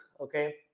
okay